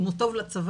אם הוא טוב לצבא,